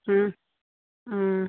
ಹ್ಞೂ ಹ್ಞೂ